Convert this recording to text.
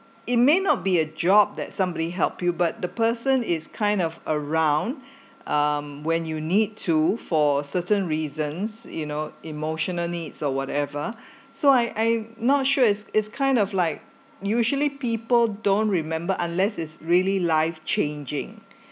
it may not be a job that somebody help you but the person is kind of around um when you need to for certain reasons you know emotional needs or whatever so I I not sure it's it's kind of like usually people don't remember unless it's really life changing